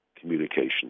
communication